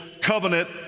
covenant